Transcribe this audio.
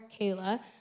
Kayla